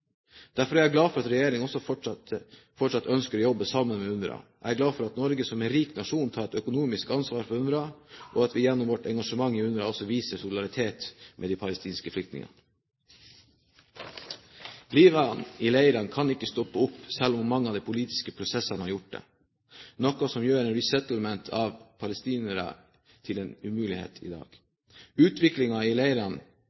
Derfor er jeg glad for at regjeringen fortsatt ønsker å jobbe sammen med UNRWA. Jeg er glad for at Norge som en rik nasjon tar et økonomisk ansvar for UNRWA, og at vi gjennom vårt engasjement i UNRWA også viser solidaritet med de palestinske flyktningene. Livene i leirene kan ikke stoppe opp selv om mange av de politiske prosessene har gjort det, noe som gjør en «resettlement» av palestinere til en umulighet i